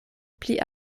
pli